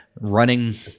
running